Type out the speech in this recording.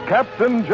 Captain